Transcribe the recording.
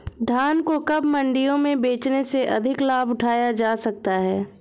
धान को कब मंडियों में बेचने से अधिक लाभ उठाया जा सकता है?